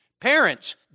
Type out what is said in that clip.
Parents